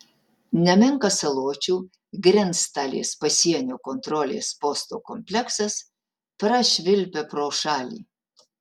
nemenkas saločių grenctalės pasienio kontrolės posto kompleksas prašvilpia pro šalį